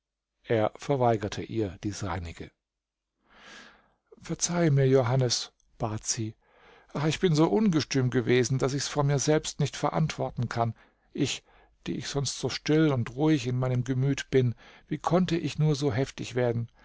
er verweigerte ihr die seinige verzeihe mir johannes bat sie ach ich bin so ungestüm gewesen daß ich's vor mir selbst nicht verantworten kann ich die ich sonst so still und ruhig in meinem gemüt bin wie konnte ich nur so heftig werden